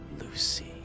Lucy